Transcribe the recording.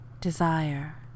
Desire